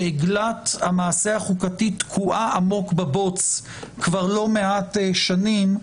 שעגלת המעשה החוקתי תקועה עמוק בבוץ כבר לא מעט שנים.